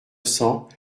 cents